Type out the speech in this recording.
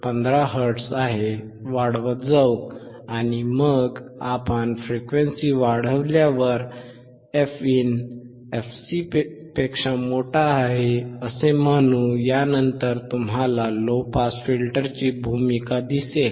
15 hertz आहे वाढवत जाऊ आणि मग आपण फ्रिक्वेन्सी वाढवल्यावर fin fc पेक्षा मोठे आहे असे म्हणू या नंतर तुम्हाला लो पास फिल्टरची भूमिका दिसेल